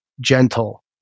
gentle